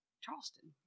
Charleston